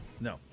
No